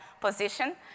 position